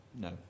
No